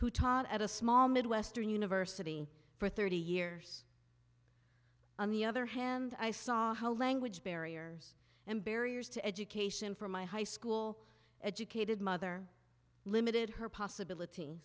who taught at a small midwestern university for thirty years on the other hand i saw the language barriers and barriers to education from my high school educated mother limited her possibility